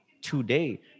today